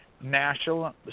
national